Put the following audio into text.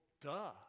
duh